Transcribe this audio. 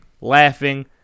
laughing